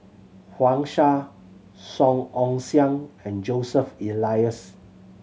Wang Sha Song Ong Siang and Joseph Elias